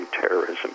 terrorism